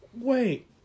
Wait